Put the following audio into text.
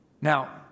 Now